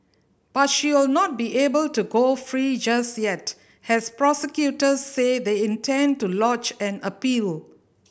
but she will not be able to go free just yet has prosecutors said they intend to lodge an appeal